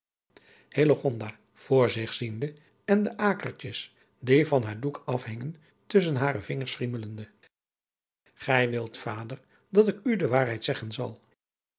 voor zich ziende en de akertjes die van haar doek afhingen tusschen hare vingers friemelende gij wilt vader dat ik u de waarheid zeggen zal